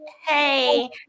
hey